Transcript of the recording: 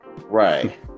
Right